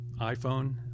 iPhone